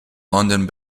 london